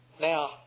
Now